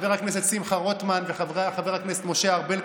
ולחבר הכנסת שמחה רוטמן וחבר הכנסת משה ארבל,